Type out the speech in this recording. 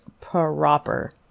proper